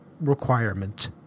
requirement